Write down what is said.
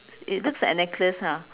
it looks like a necklace ha